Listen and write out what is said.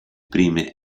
prime